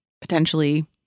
potentially